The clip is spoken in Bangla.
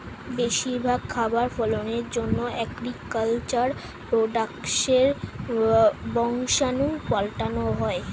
বেশি ভালো খাবার ফলনের জন্যে এগ্রিকালচার প্রোডাক্টসের বংশাণু পাল্টানো হয়